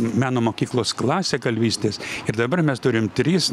meno mokyklos klasę kalvystės ir dabar mes turim tris